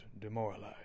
demoralized